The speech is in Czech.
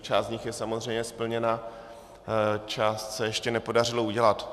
Část z nich je samozřejmě splněna, část se ještě nepodařilo udělat.